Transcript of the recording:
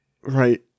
Right